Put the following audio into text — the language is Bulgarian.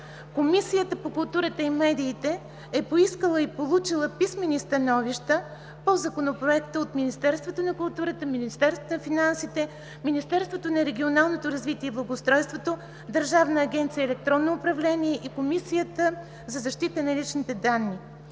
Комисията по културата и медиите е поискала и получила писмени становища по Законопроекта от Министерството на културата, Министерството на финансите, Министерството на регионалното развитие и благоустройството, Държавна агенция „Електронно управление“ и Комисията за защита на личните данни.